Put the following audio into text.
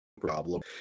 problem